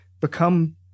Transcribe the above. become